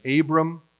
Abram